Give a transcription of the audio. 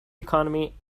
economy